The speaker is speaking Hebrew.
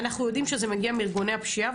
אנחנו יודעים שזה מגיע מארגוני הפשיעה,